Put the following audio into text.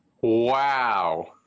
Wow